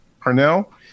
Parnell